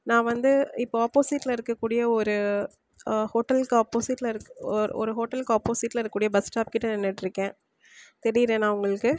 நான் வந்து இப்போது ஆப்போசிட்டில் இருக்கக்கூடிய ஒரு ஹோட்டலுக்கு ஆப்போசிட்டில் ஓர் ஒரு ஹோட்டலுக்கு ஆப்போசிட்டில் இருக்கூடிய பஸ் ஸ்டாப் கிட்டே நின்னுகிட்ருக்கேன் தெரிகிறேன்னா உங்களுக்கு